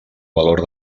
valor